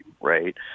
right